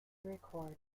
record